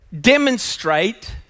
demonstrate